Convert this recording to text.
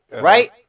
Right